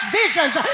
visions